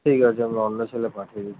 ঠিক আছে আমি অন্য ছেলে পাঠিয়ে দিচ্ছি